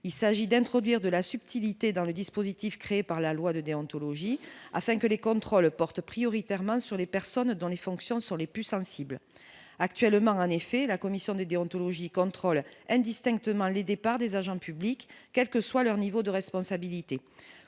il s'agit d'introduire de la subtilité, dans le dispositif, créé par la loi de déontologie afin que les contrôles portent prioritairement sur les personnes dans les fonctions sur les puces invincible, actuellement, en effet, la Commission des déontologie contrôle indistinctement les départs des agents publics, quelle que soit leur niveau de responsabilité